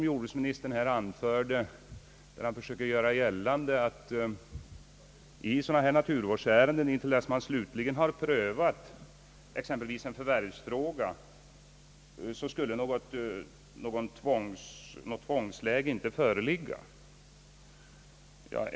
Jordbruksministern försökte vidare göra gällande att det i sådana här naturvårdsärenden, intill dess man slutligen har prövat exempelvis en förvärvsfråga, inte skulle föreligga något tvångsläge för markägaren.